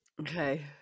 Okay